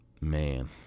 Man